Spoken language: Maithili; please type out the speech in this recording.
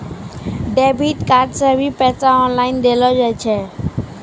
डेबिट कार्ड से भी ऑनलाइन पैसा देलो जाय छै